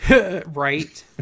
Right